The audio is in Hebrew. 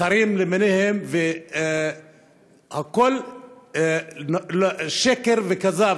שרים למיניהם, הכול שקר וכזב.